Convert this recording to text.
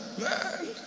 Man